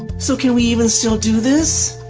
so can we even still do this?